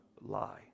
lie